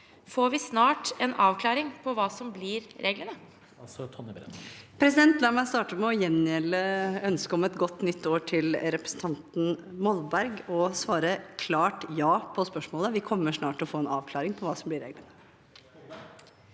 Får vi snart en avklaring på hva som blir reglene?» Statsråd Tonje Brenna La meg starte med å gjengjelde ønsket om et godt nyttår til representanten Molberg og svare klart ja på spørsmålet. Vi kommer snart til å få en avklaring på hva som blir reglene.